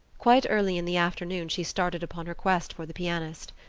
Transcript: quite early in the afternoon she started upon her quest for the pianist.